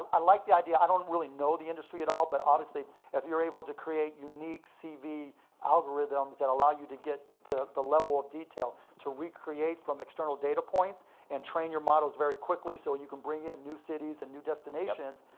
i like the idea. i don't really know the industry at all, but obviously if you're able to create unique cv algorithms that allow you to get to the level of detail to re-create from external data points and train your models very quickly so you can bring in new cities and new destinations,